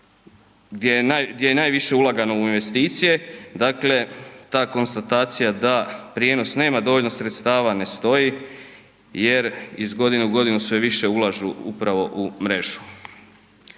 gdje je najviše ulagano u investicije, dakle, ta konstatacija da prijenos nema dovoljno sredstava ne stoji jer iz godine u godinu sve više ulažu upravo u mrežu.